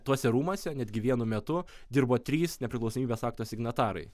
tuose rūmuose netgi vienu metu dirbo trys nepriklausomybės akto signatarai